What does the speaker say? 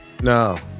No